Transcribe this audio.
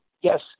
yes